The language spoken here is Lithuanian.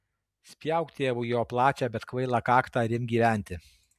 spjauk tėvui į jo plačią bet kvailą kaktą ir imk gyventi